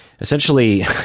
essentially